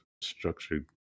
structured